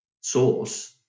source